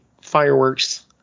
fireworks